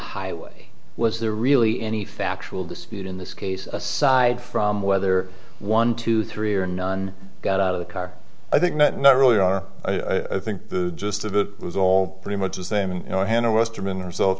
highway was there really any factual dispute in this case aside from whether one two three or nine got out of the car i think not not really are i think the gist of it was all pretty much the same